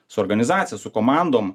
su organizacija su komandom